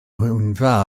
ngwynfa